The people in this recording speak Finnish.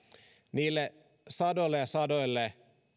niille sadoille ja sadoille